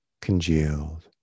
congealed